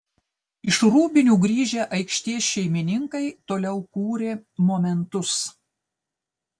iš rūbinių grįžę aikštės šeimininkai toliau kūrė momentus